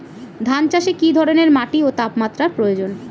ধান চাষে কী ধরনের মাটি ও তাপমাত্রার প্রয়োজন?